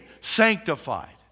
Sanctified